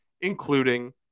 including